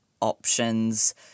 options